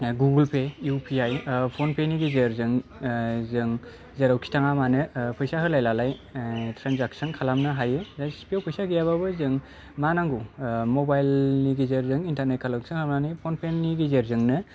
Google Pay U P I PhonePe नि गेजेरजों जों जेरावखि थाङा मानो फैसा होलाय लालाय ट्रेनजेक्सन खालामनो हायो सिफियाव फैसा गैयाबाबो जों मा नांगौ मबाइल गेजेरजों इन्टारनेट कनेक्शन खालामनानै फनपे नि गेजेरजोंनो